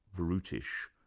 brutish,